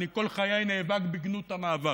אני כל חיי נאבק בגנות המאבק,